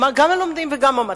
גם הלומדים וגם המצליחים.